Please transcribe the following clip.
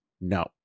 No